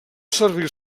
servir